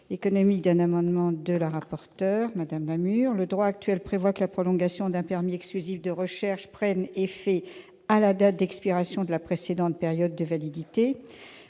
économiques d'un amendement de la rapporteur, Mme Lamure. Le droit actuel dispose que la prolongation d'un permis exclusif de recherches prend effet à la date d'expiration de la précédente période de validité.